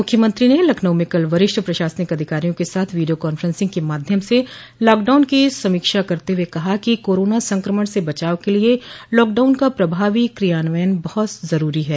मुख्यमंत्री ने लखनऊ में कल वरिष्ठ प्रशासनिक अधिकारियों के साथ वीडियो कांफ्रेंसिंग के माध्यम से लॉकडाउन की समीक्षा करते हुए कहा कि कोरोना संक्रमण से बचाव के लिये लॉकडाउन का प्रभावी क्रियान्वयन बहुत जरूरी है